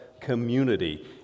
community